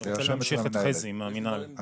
אני רוצה להמשיך את חזי מהמנהל.